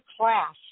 class